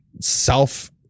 self